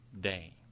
day